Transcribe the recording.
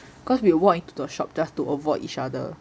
cause we walked into the shop just to avoid each other